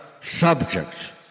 subjects